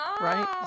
right